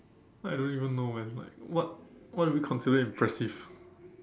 I don't even know man like what what do we consider impressive